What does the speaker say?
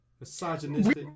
misogynistic